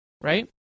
Right